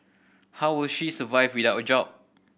how will she survive without a job